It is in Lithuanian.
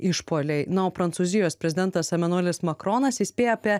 išpuoliai na o prancūzijos prezidentas emanuelis makronas įspėja apie